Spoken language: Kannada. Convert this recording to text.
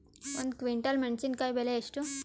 ಒಂದು ಕ್ವಿಂಟಾಲ್ ಮೆಣಸಿನಕಾಯಿ ಬೆಲೆ ಎಷ್ಟು?